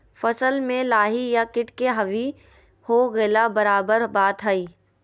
फसल में लाही या किट के हावी हो गेला बराबर बात हइ